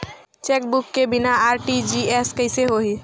Chequebook के बिना RTGS कइसे होही?